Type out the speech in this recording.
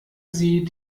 sie